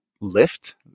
lift